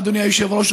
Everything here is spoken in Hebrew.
אדוני היושב-ראש,